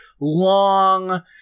long